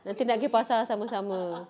nanti nak pergi pasar sama-sama